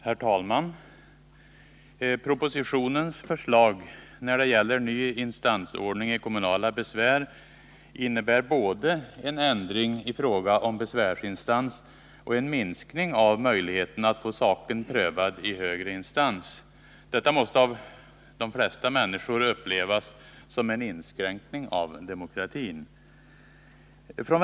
Herr talman! Propositionens förslag när det gäller ny instansordning i kommunala besvärsfrågor innebär både en ändring i fråga om besvärsinstanserna och en minskning av möjligheterna att få sin sak prövad i högre instans. Detta måste av de flesta människor upplevas som en inskränkning av demokratin.